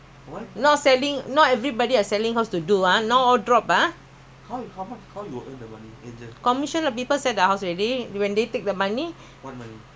when they take the money house money H_D_B will give ah H_D_B will pay to the who sell the house lah